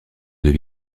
deux